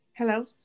Hello